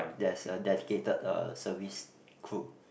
there's a dedicated uh service crew